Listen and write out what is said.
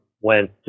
went